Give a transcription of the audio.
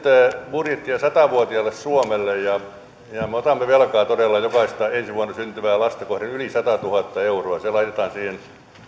budjettia sata vuotiaalle suomelle ja me otamme velkaa todella jokaista ensi vuonna syntyvää lasta kohden yli satatuhatta euroa se laitetaan siihen